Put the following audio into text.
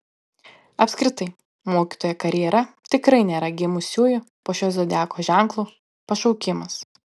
apskritai mokytojo karjera tikrai nėra gimusiųjų po šiuo zodiako ženklu pašaukimas